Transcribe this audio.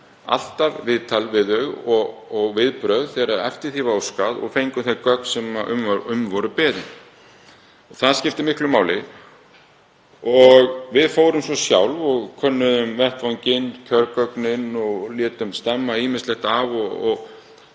alltaf viðtal við þau og viðbrögð þegar eftir því var óskað og fengum þau gögn sem um var beðið. Það skipti miklu máli. Við fórum svo sjálf og könnuðum vettvanginn, kjörgögnin og létum stemma ýmislegt af, eða